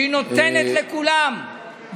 שהיא נותנת לכולם,